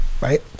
right